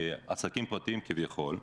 כי הם עסקים פרטיים כביכול.